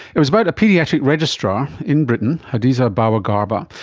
it was about a paediatric registrar in britain, hadiza bawa-garba,